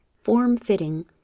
form-fitting